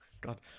god